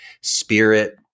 spirit